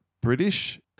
British